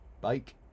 bike